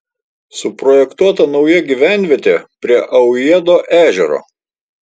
suprojektuota nauja gyvenvietė prie aujėdo ežero